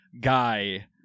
guy